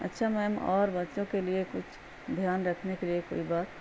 اچھا میم اور بچوں کے لیے کچھ دھیان رکھنے کے لیے کوئی بات